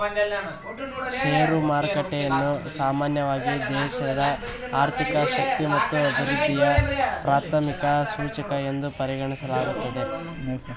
share ಮಾರುಕಟ್ಟೆಯನ್ನ ಸಾಮಾನ್ಯವಾಗಿ ದೇಶದ ಆರ್ಥಿಕ ಶಕ್ತಿ ಮತ್ತು ಅಭಿವೃದ್ಧಿಯ ಪ್ರಾಥಮಿಕ ಸೂಚಕ ಎಂದು ಪರಿಗಣಿಸಲಾಗುತ್ತೆ